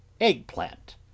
Eggplant